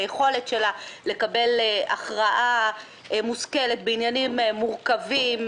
היכולת שלה לקבל הכרעה מושכלת בעניינים מורכבים,